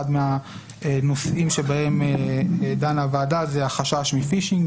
אחד מהנושאים שבהם דנה הוועדה זה החשש מפישינג,